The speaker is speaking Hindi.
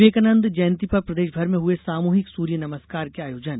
विवेकानंद जयंती पर प्रदेष भर में हुए सामूहिक सूर्य नमस्कार के आयोजन